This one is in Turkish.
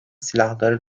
silahları